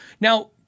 Now